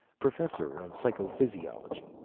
professor of psychophysiology,